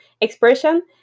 expression